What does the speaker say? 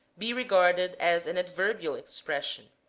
be regarded as an adverbial expression.